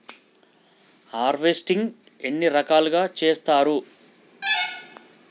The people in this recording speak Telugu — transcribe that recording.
హార్వెస్టింగ్ ఎన్ని రకాలుగా చేస్తరు?